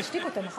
תשתיק אותם.